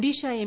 Odisha M